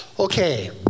okay